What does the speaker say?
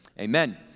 Amen